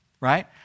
right